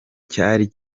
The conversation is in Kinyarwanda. cyari